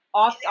off